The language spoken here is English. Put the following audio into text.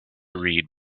read